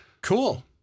Cool